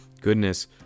Goodness